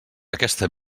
aquesta